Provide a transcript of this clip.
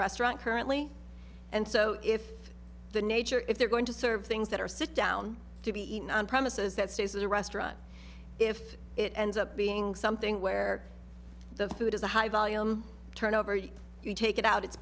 restaurant currently and so if the nature if they're going to serve things that are sit down to be eaten premises that stays in the restaurant if it ends up being something where the food is a high volume turnover you you take it out it's